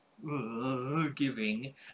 giving